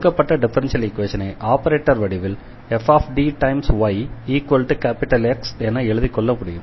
கொடுக்கப்பட்ட டிஃபரன்ஷியல் ஈக்வேஷனை ஆபரேட்டர் வடிவில் fDyX என எழுதிக்கொள்ள முடியும்